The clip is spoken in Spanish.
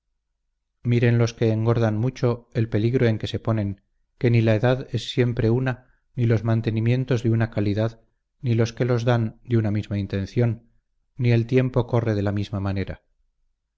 miren los que engordan mucho el peligro en que se ponen que ni la edad es siempre una ni los mantenimientos de una calidad ni los que los dan de una misma intención ni el tiempo corre de la misma manera